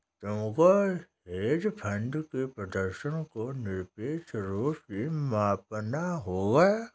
तुमको hedge fund के प्रदर्शन को निरपेक्ष रूप से मापना होगा